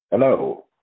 Hello